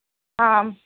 ಹಾಂ